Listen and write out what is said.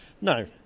no